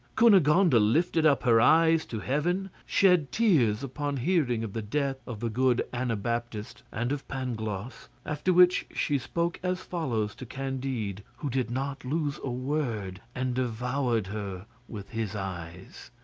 cunegonde lifted up her eyes to heaven shed tears upon hearing of the death of the good anabaptist and of pangloss after which she spoke as follows to candide, who did not lose a word and devoured her with his eyes.